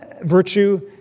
virtue